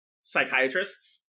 psychiatrists